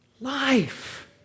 life